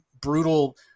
brutal